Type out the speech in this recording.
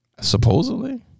Supposedly